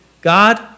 God